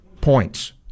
points